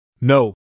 No